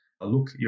look